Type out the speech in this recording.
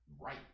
right